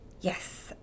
Yes